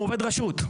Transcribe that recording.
הוא עובד רשות.